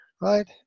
right